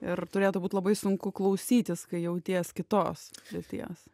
ir turėtų būt labai sunku klausytis kai jautiesi kitos lyties